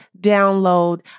download